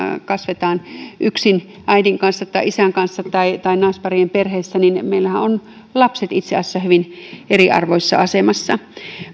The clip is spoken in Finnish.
kasvetaan yksin äidin kanssa tai isän kanssa tai tai naisparien perheissä niin meillähän ovat lapset itse asiassa hyvin eriarvoisessa asemassa